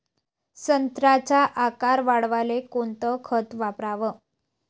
संत्र्याचा आकार वाढवाले कोणतं खत वापराव?